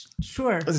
Sure